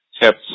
tips